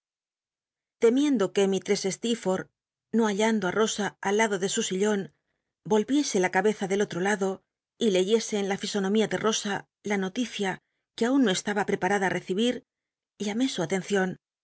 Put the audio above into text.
temiendo que mistress sleerfortb no h rllando á llosa al lado de su ilion vohic c la cabeza del otro lado y leyese en la fisonomía de rosa la noti cia que aun no estaba preparada á recibir llamé su atcncion